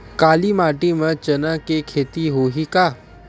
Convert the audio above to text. काली माटी म चना के खेती होही का?